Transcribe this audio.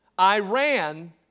Iran